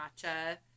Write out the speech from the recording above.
matcha